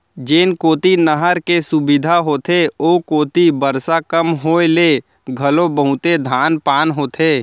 जेन कोती नहर के सुबिधा होथे ओ कोती बरसा कम होए ले घलो बहुते धान पान होथे